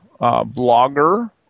blogger